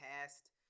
past